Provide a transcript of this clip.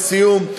לסיום,